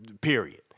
period